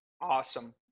Awesome